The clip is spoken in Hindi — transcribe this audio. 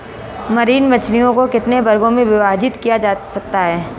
मरीन मछलियों को कितने वर्गों में विभाजित किया जा सकता है?